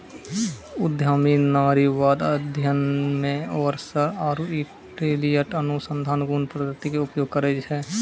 उद्यमी नारीवाद अध्ययन मे ओरसर आरु इलियट अनुसंधान गुण पद्धति के उपयोग करै छै